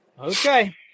Okay